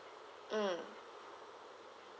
mm